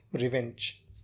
revenge